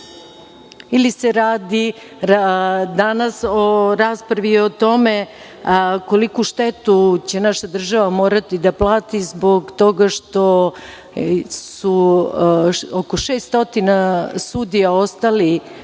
Ili se radi danas o raspravi o tome koliku štetu će naša država morati da plati zbog toga što je oko 600 sudija ostalo